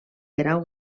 guerau